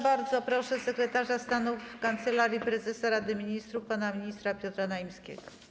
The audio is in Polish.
Bardzo proszę sekretarza stanu w Kancelarii Prezesa Rady Ministrów pana ministra Piotra Naimskiego.